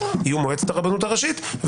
יהיו מועצת הרבנות הראשית,